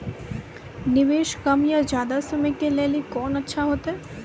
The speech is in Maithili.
निवेश कम या ज्यादा समय के लेली कोंन अच्छा होइतै?